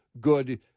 good